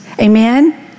Amen